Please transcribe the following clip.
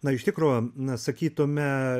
na iš tikro na sakytume